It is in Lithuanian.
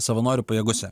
savanorių pajėgose